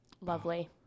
Lovely